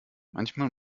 manchmal